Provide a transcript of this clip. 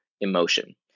emotion